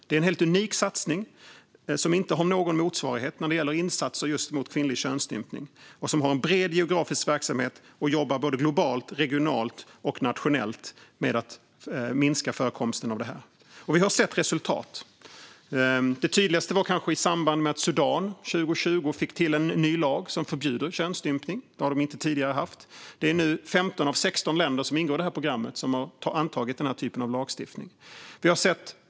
Det är en helt unik satsning som inte har någon motsvarighet när det gäller insatser just mot kvinnlig könsstympning. Det är en bred geografisk verksamhet där man jobbar globalt, regionalt och nationellt med att minska förekomsten av detta. Och vi har sett resultat. Det tydligaste var kanske i samband med att Sudan 2020 fick till en ny lag som förbjuder könsstympning. Det har de inte tidigare haft. Det är nu 15 av 16 länder som ingår i det här programmet som har antagit den här typen av lagstiftning.